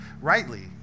rightly